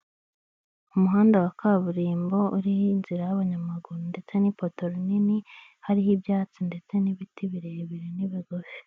Umuhanda wa kaburimbo, uriho inzira y'abanyamaguru ndetse n'ipoto rinini, hariho ibyatsi ndetse n'ibiti birebire n'ibigufi.